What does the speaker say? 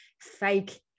fake